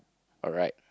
alright